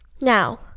Now